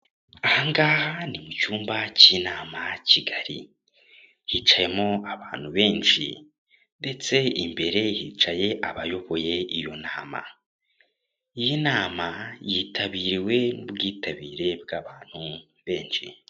Ahangaha ni mu cyumba cy'inama kigari, hicayemo abantu benshi ndetse imbere hicaye abayoboye iyo nama, iyi nama yitabiriwe n'ubwitabire bw'abantu benshi.